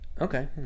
Okay